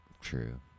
true